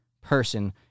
person